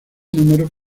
número